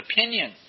Opinion